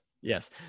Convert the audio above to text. yes